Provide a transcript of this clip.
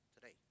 today